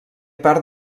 part